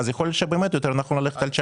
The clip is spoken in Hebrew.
אז יכול להיות שבאמת נכון יותר ללכת על פי